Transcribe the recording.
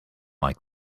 like